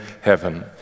heaven